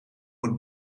moet